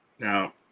Now